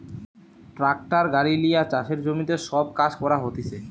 tractor গাড়ি লিয়ে চাষের জমিতে সব কাজ করা হতিছে